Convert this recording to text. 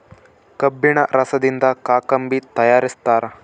ಕಬ್ಬಿಣ ರಸದಿಂದ ಕಾಕಂಬಿ ತಯಾರಿಸ್ತಾರ